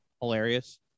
hilarious